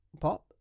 pop